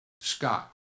Scott